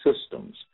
systems